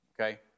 okay